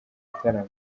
igitaramo